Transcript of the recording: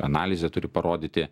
analizę turi parodyti